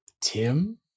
Tim